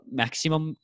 maximum